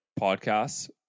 podcasts